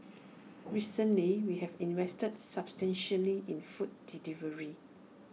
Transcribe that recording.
recently we have invested substantially in food delivery